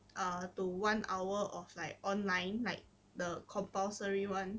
uh to one hour of like online like the compulsory [one]